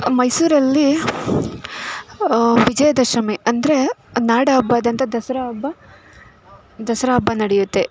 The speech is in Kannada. ಮೈಸೂರಲ್ಲಿ ವಿಜಯದಶಮಿ ಅಂದರೆ ನಾಡ ಹಬ್ಬದಂಥ ದಸರಾ ಹಬ್ಬ ದಸರಾ ಹಬ್ಬ ನಡೆಯುತ್ತೆ